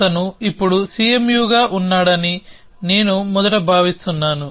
అతను ఇప్పుడు CMU గా ఉన్నాడని నేను మొదట భావిస్తున్నాను